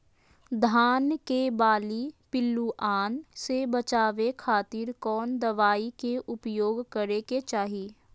धान के बाली पिल्लूआन से बचावे खातिर कौन दवाई के उपयोग करे के चाही?